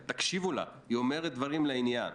בישראל, תקשיבו לה, היא אומרת דברים לעניין.